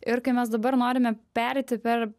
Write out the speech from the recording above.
ir kai mes dabar norime pereiti per